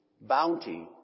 bounty